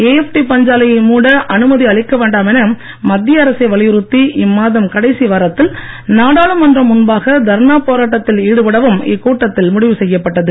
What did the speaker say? AFT பஞ்சாலையை மூட அனுமதி அளிக்க வேண்டாம் என மத்திய அரசை வலியுறுத்தி இம்மாதம் கடைசி வாரத்தில் நாடாளுமன்றம் முன்பாக தர்ணா போராட்டத்தில் ஈடுபடவும் இக்கூட்டத்தில் முடிவு செய்யப்பட்டது